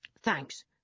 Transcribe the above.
Thanks